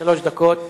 שלוש דקות.